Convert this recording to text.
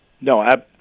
No